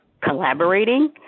collaborating